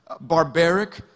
barbaric